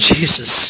Jesus